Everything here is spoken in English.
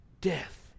Death